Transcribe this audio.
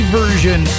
version